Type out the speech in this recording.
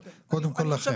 אבל קודם כל לכם,